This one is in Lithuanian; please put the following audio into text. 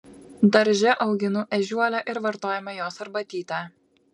darže auginu ežiuolę ir vartojame jos arbatytę